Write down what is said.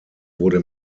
wurde